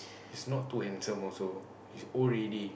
he's not too handsome also he's old already